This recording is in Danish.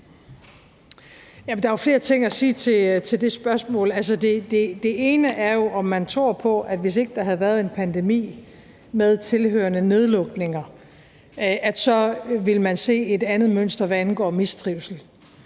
er jo flere ting at sige til det spørgsmål. Altså, noget handler jo om, om man tror på, at hvis ikke der havde været en pandemi med tilhørende nedlukninger, så ville man se et andet mønster, hvad angår mistrivsel.